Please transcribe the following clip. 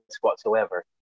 whatsoever